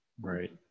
Right